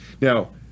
Now